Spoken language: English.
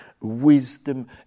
wisdom